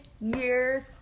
years